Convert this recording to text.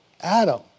Adam